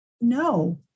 no